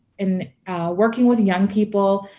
and working with young people,